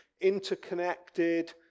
interconnected